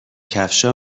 کفشها